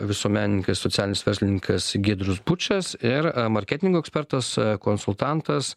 visuomenininkas socialinis verslininkas giedrius bučas ir marketingo ekspertas konsultantas